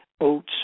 oats